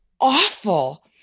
awful